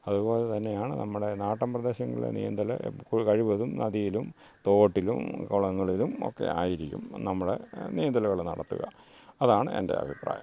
അതുപോലെ തന്നെയാണ് നമ്മുടെ നാട്ടുംപ്രദേശങ്ങളിൽ നീന്തൽ കഴിവതും നദിയിലും തോട്ടിലും കുളങ്ങളിലും ഒക്കെയായിരിക്കും നമ്മുടെ നീന്തലുകൾ നടത്തുക അതാണ് എൻ്റെ അഭിപ്രായം